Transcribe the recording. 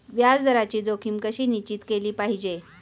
व्याज दराची जोखीम कशी निश्चित केली पाहिजे